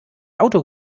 auto